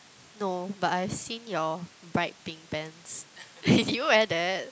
no but I've seen your bright pink pants do you wear that